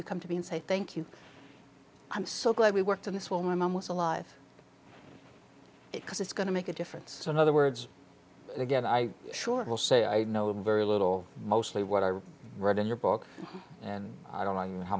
you come to be and say thank you i'm so glad we worked on this while my mom was alive because it's going to make a difference in other words again i sure will say i know very little mostly what i read in your book and i don't know how